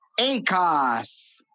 ACOS